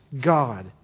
God